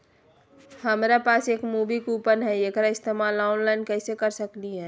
हमरा पास एक मूवी कूपन हई, एकरा इस्तेमाल ऑनलाइन कैसे कर सकली हई?